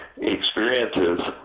experiences